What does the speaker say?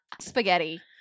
Spaghetti